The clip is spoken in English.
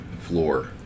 floor